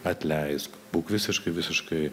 atleisk būk visiškai visiškai